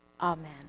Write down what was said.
Amen